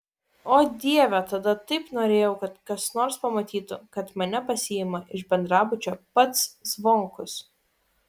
o dieve tada taip norėjau kad kas nors pamatytų kad mane pasiima iš bendrabučio pats zvonkus